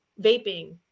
vaping